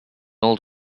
old